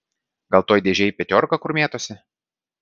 gal toj dėžėj petiorka kur mėtosi